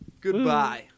Goodbye